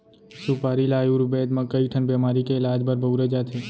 सुपारी ल आयुरबेद म कइ ठन बेमारी के इलाज बर बउरे जाथे